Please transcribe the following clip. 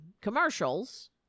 commercials